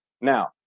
Now